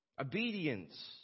Obedience